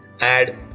add